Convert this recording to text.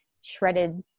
shredded